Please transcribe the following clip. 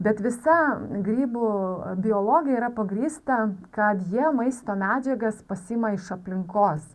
bet visa grybų biologija yra pagrįsta kad jie maisto medžiagas pasiima iš aplinkos